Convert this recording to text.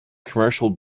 commercial